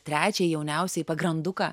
trečiąjį jauniausiąjį pagranduką